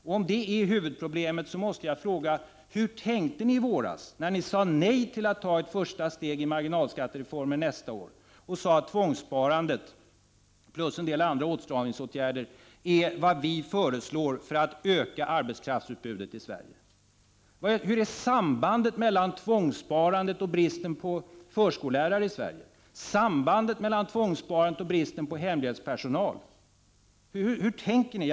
Och om det är huvudproblemet, så måste jag fråga: Hur tänkte ni i våras, när ni sade nej till att ta ett första steg i fråga om marginalskattereformen nästa år, och när ni sade att tvångssparandet plus en del andra åtstramningsåtgärder är vad ni föreslår för att öka arbetskraftsutbudet i Sverige? Hur är sambandet mellan tvångssparandet och bristen på förskollärare i Sverige, och hur är sambandet mellan tvångssparandet och bristen på hemhjälpspersonal? Hur tänker ni?